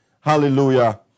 Hallelujah